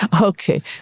Okay